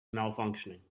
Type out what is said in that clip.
malfunctioning